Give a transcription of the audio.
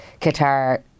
Qatar